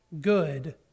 good